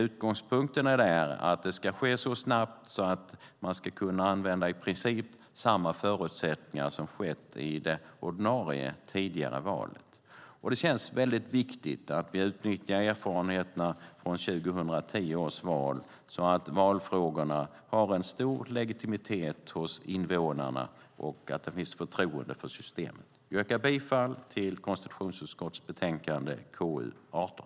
Utgångspunkten är att omval ska ske så snabbt att man i princip ska kunna använda samma förutsättningar som vid det tidigare valet. Det känns viktigt att utnyttja erfarenheterna från 2010 års val, så att valfrågorna har stor legitimitet hos invånarna och det finns förtroende för systemet. Jag yrkar bifall till konstitutionsutskottets förslag i betänkandet KU18.